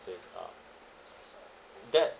says uh that